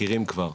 שמכירים כבר,